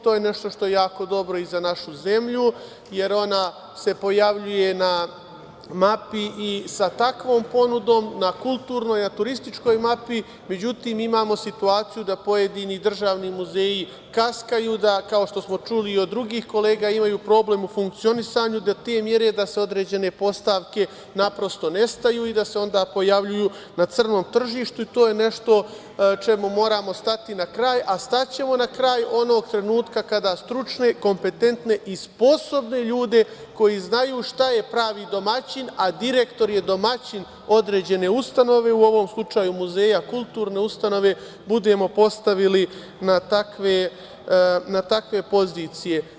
To je nešto što je jako dobro i za našu zemlju, jer ona se pojavljuje na mapi i sa takvom ponudom na kulturnoj je i turističkoj mapi, međutim, imamo situaciju da pojedini državni muzeji kaskaju, kao što smo čuli i od drugih kolega, imaju problem u funkcionisanju do te mere da određene postavke naprosto nestaju i da se onda pojavljuju na crnom tržištu i to je nešto čemu moramo stati na kraj, a staćemo na kraj onog trenutka kada stručne, kompetentne i sposobne ljude koji znaju šta je pravi domaćin, a direktor je domaćin određene ustanove, u ovom slučaju muzeja, kulturne ustanove, budemo postavili na takve pozicije.